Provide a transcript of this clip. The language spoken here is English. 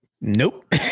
Nope